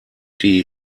die